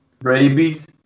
rabies